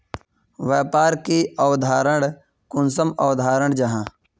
व्यापार की अवधारण कुंसम अवधारण जाहा?